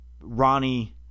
Ronnie